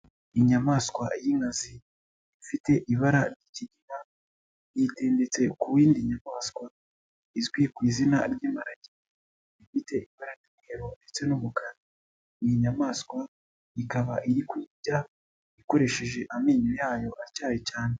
Inyamaswa y'inkazi ifite ibara ry'ikigina yitendetsetse ku yindi nyamaswa izwi ku izina ry'imparage, ifite ry'umweru ndetse n'umukara. Iyi nyamaswa ikaba iri kuyirya ikoresheje amenyo yayo atyaye cyane.